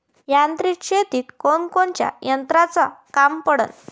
यांत्रिक शेतीत कोनकोनच्या यंत्राचं काम पडन?